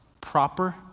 proper